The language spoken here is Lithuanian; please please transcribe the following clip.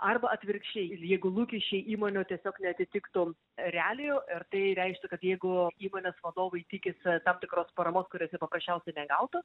arba atvirkščiaijeigu lūkesčiai įmonių tiesiog neatitiktų realijų ir tai reikštų kad jeigu įmonės vadovai tikisi tam tikros paramos kurios jie paprasčiausiai negautų